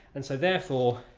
and so therefore